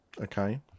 Okay